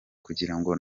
kugirango